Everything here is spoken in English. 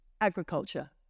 Agriculture